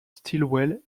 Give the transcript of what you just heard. stilwell